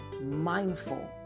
mindful